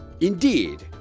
Indeed